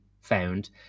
found